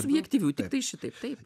subjektyvių tiktai šitaip taip